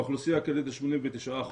באוכלוסייה הכללית זה 89%,